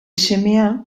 semea